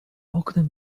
oknem